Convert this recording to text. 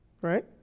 Right